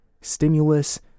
stimulus